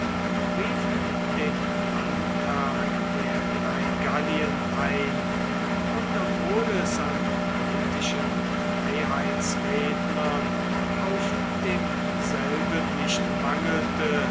riefen den landtag der drei gallien ein und obwohl es an politischen freiheitsrednern auf demselben nicht mangelte